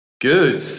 Good